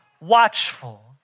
watchful